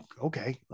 okay